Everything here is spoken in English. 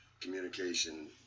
communication